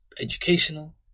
educational